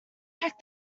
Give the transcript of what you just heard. check